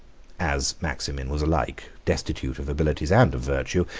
as maximin was alike destitute of abilities and of virtue,